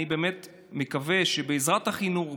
אני באמת מקווה שבעזרת החינוך,